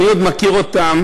אני עוד מכיר אותם